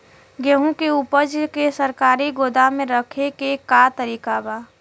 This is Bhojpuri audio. गेहूँ के ऊपज के सरकारी गोदाम मे रखे के का तरीका बा?